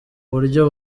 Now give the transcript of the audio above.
buryo